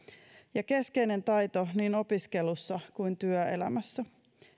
ja keskeinen taito niin opiskelussa kuin työelämässä